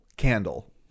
candle